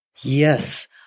Yes